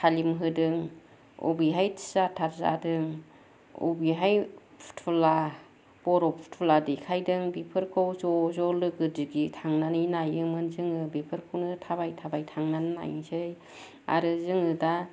थालिम होदों अबेहाय थियाटार जादों अबेहाय फुथुला बर' फुथुला देखायदों बेफोरखौ ज' ज' लोगो दिगि थांनानै नायो मोन जोङो बेफोरखौनो थाबाय थाबाय थांनानै नायसै आरो जोङो दा